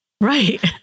Right